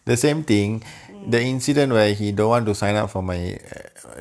mm